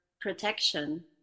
protection